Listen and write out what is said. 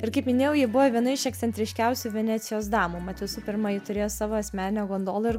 ir kaip minėjau ji buvo viena iš ekscentriškiausių venecijos damų mat visų pirma ji turėjo savo asmeninę gondolą ir